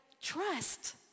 trust